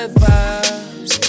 vibes